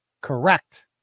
Correct